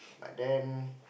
but then